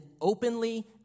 openly